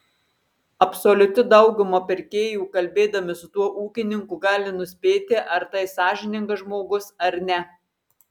absoliuti dauguma pirkėjų kalbėdami su tuo ūkininku gali nuspėti ar tai sąžiningas žmogus ar ne